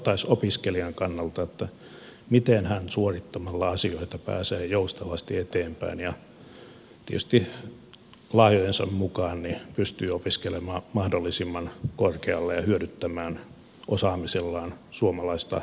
katsottaisiin opiskelijan kannalta miten hän suorittamalla asioita pääsee joustavasti eteenpäin ja tietysti lahjojensa mukaan pystyy opiskelemaan mahdollisimman korkealle ja hyödyttämään osaamisellaan suomalaista yhteiskuntaa